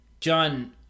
John